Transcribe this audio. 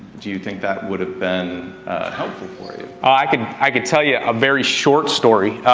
do you think that would have been helpful for you? i could i could tell you, a very short story,